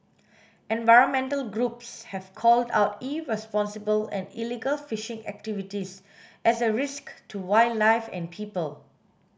environmental groups have called out irresponsible and illegal fishing activities as a risk to wildlife and people